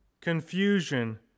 confusion